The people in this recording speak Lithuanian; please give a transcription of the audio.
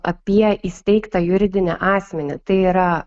apie įsteigtą juridinį asmenį tai yra